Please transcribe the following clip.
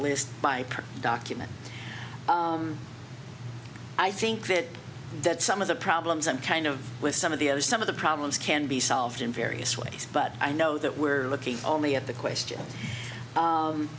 list by document i think that that's some of the problems i'm kind of with some of the oh some of the problems can be solved in various ways but i know that we're looking only at the question